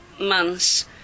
months